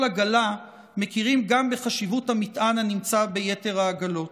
עגלה מכירים גם בחשיבות המטען הנמצא ביתר העגלות.